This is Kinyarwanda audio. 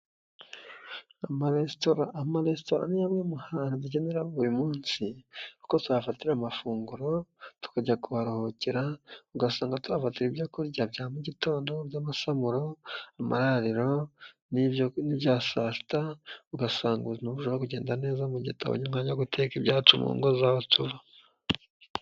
Amaresitora, amaresitora ni hamwe mu hantu dukenera buri munsi kuko tuhafatira amafunguro, tukajya kuharuhukira, ugasanga tuhafatira ibyo kurya bya mugitondo by'amasamoro, amarariro n'ibyo kurya bya saa sita, ugasanga ubuzima burushaho kugenda neza, mu gihe tutabonye umwanya wo guteka ibyacu mu ngo zacu.